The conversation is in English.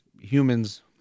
humans